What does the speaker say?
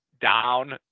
down